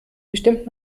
bestimmt